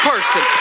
person